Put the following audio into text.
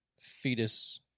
fetus